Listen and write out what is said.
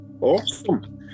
awesome